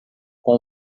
com